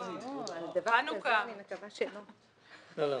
לא, לא.